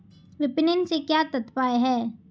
विपणन से क्या तात्पर्य है?